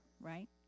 right